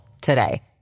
today